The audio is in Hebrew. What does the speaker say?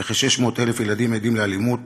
וכ-600,000 ילדים עדים לאלימות.